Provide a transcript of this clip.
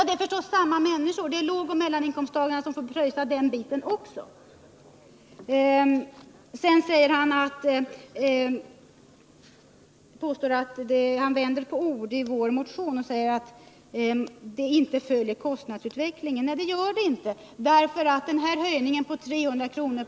Det är förstås samma människor — det är lågoch mellaninkomsttagarna som får ”pröjsa” den biten också. Gabriel Romanus vänder vidare på orden i vår motion och polemiserar mot vårt påstående att barnbidragen inte följer kostnadsutvecklingen. Bidragen följer inte kostnadsutvecklingen, eftersom 300 kr.